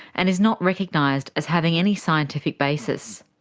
and is not recognised as having any scientific basis.